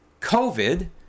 COVID